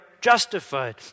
justified